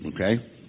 Okay